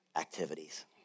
activities